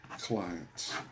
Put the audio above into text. clients